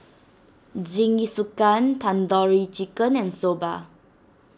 Jingisukan Tandoori Chicken and Soba